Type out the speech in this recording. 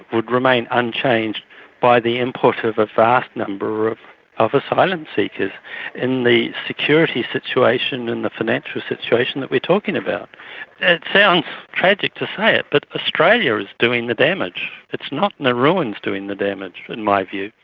would remain unchanged by the input of a vast number of of asylum seekers in the security situation and the financial situation that we are talking about. it sounds tragic to say it, but australia is doing the damage, it's not nauruans doing the damage in my view.